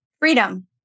Freedom